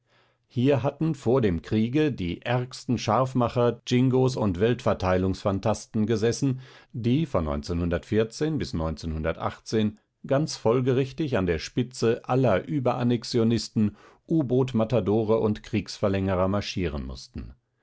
hier hatten vor dem kriege die ärgsten scharfmacher jingos und weltverteilungsphantasten gesessen die von bis ganz folgerichtig an der spitze aller überannexionisten u-boot-matadore und kriegsverlängerer marschieren mußten